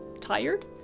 Tired